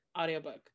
audiobook